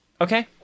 okay